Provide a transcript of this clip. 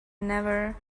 never